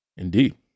Indeed